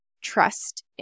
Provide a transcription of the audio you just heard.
Trust